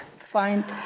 find,